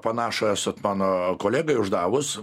panašų esat mano kolegai uždavus